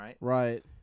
right